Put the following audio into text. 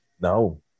No